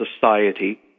society